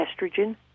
estrogen